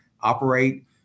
operate